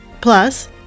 Plus